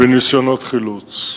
בניסיונות חילוץ.